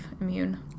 immune